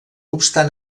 obstant